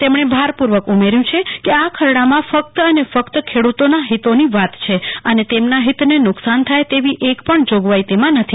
તેમણે ભારપૂર્વક ઉમેર્યું કે આ ખરડામાં ફક્ત અને ફક્ત ખેડૂતોના હિતોની વાત છે અને તેમના ફિતને નુકસાન થાય તેવી એક પણ જોગવાઇ તેમાં નથી